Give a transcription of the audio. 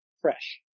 fresh